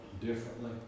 differently